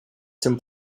zum